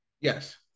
Yes